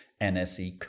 NSE